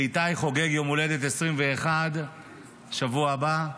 ואיתי חוגג יומולדת 21 בשבוע הבא.